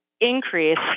increase